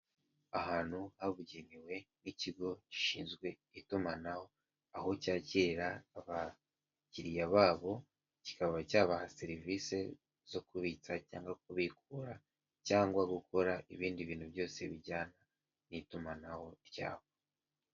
Ahantu habugenewe nk'ikigo gishinzwe itumanaho aho cyakirarira abakiriya babo kikaba cyabaha serivisi zo kubitsa cyangwa kubikura cyangwa gukora ibindi bintu byose bijyana n'itumanaho ryaho.